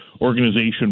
organization